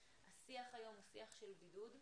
השיח היום הוא שיח של בידוד,